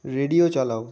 radio চালাও